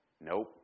Nope